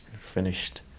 finished